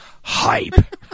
hype